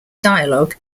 dialogue